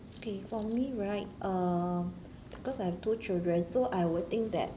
okay for me right uh because I have two children so I would think that